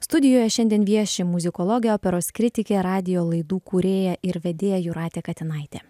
studijoje šiandien vieši muzikologė operos kritikė radijo laidų kūrėja ir vedėja jūratė katinaitė